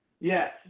Yes